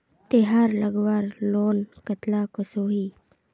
तेहार लगवार लोन कतला कसोही?